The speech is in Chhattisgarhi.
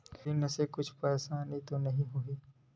ऋण से कुछु परेशानी तो नहीं होही?